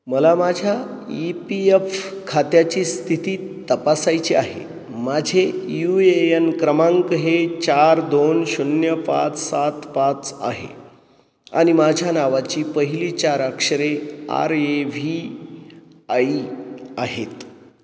मला माझ्या E P F खात्याची स्थिती तपासायची आहे माझे यू ए यन क्रमांक हे चार दोन शून्य पाच सात पाच आहे आणि माझ्या नावाची पहिली चार अक्षरे आर ए व्ही आई आहेत